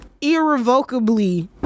irrevocably